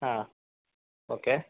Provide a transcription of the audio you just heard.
ಹಾಂ ಓಕೆ